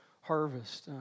Harvest